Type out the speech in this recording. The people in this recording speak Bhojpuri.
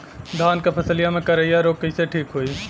धान क फसलिया मे करईया रोग कईसे ठीक होई?